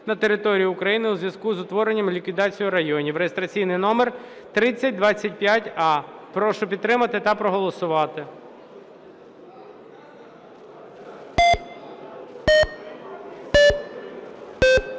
на території України у зв'язку із утворенням (ліквідацією) районів (реєстраційний номер 3025а). Прошу підтримати та проголосувати.